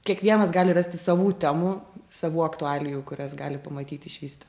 kiekvienas gali rasti savų temų savų aktualijų kurias gali pamatyt išvyst